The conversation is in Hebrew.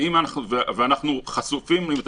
ואנחנו כן חשופים לביקורת.